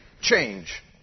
change